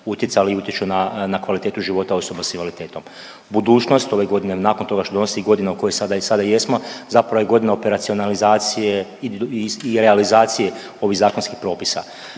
utjecali i utječu na kvalitetu života osoba s invaliditetom. Budućnost, ove godine nakon toga što donosi i godina u kojoj sada jesmo zapravo je godina operacionalizacije i realizacije ovih zakonskih propisa.